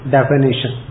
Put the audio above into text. Definition